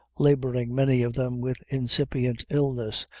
laboring, many of them, with incipient illness,